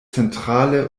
zentrale